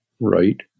right